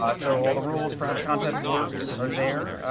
but so all the rules for how the contest works are there.